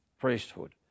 priesthood